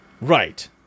Right